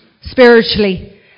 spiritually